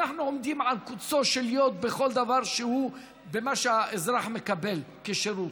אנחנו עומדים על קוצו של יו"ד בכל דבר שהוא במה שהאזרח מקבל כשירות,